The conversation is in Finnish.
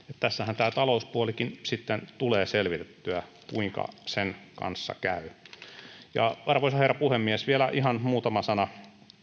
tässähän tämä talouspuolikin sitten tulee selvitettyä se kuinka sen kanssa käy arvoisa herra puhemies vielä ihan muutama sana